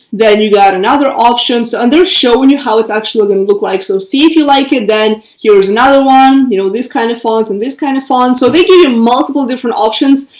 then you got another option so and they're showing you how it's actually going to look like so see if you like it, then here's another one, you know, this kind of font and this kind of font so they give you multiple different options.